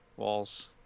walls